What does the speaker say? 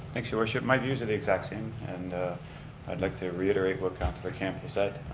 thanks your worship. my views are the exact same, and i'd like to reiterate what councilor campbell said.